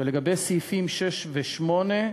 לגבי סעיפים 6 ו-8,